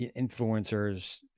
influencers